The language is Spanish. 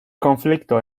conflicto